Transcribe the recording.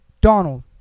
Donald